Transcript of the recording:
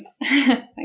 thanks